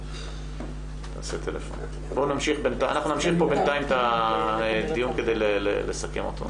אנחנו נמשיך בינתיים את הדיון כדי לסכם אותו.